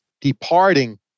departing